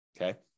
Okay